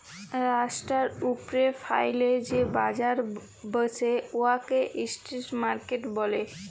রাস্তার উপ্রে ফ্যাইলে যে বাজার ব্যসে উয়াকে ইস্ট্রিট মার্কেট ব্যলে